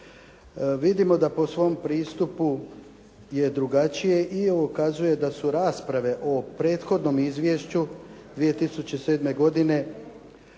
vidimo da po svom pristupu je drugačije i kazuje da su rasprave o prethodnom izvješću 2007. godine